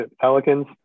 Pelicans